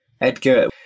Edgar